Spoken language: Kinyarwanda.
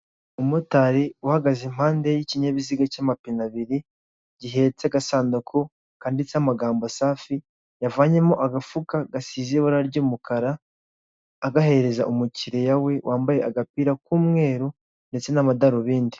Umumotari uhagaze impande y'ikinyabiziga cya mapine abiri gihetse agasanduku kanditseho amagambo safi yavanyemo agafuka gasize ibara ry'umukara agahereza umukiriya we wambaye agapira k'umweru ndetse n'amadarubindi.